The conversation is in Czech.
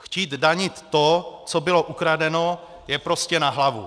Chtít danit to, co bylo ukradeno, je prostě na hlavu.